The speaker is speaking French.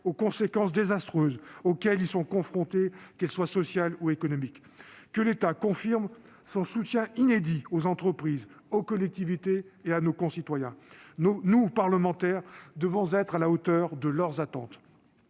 aux conséquences désastreuses auxquelles ils sont confrontés, qu'elles soient sociales ou économiques, alors que l'État confirme son soutien inédit aux entreprises, aux collectivités et à nos concitoyens, nous, parlementaires, devons être à la hauteur de leurs attentes.